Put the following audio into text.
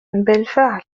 بالفعل